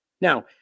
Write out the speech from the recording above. Now